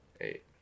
Eight